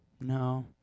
No